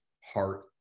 heart